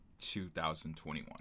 2021